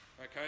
Okay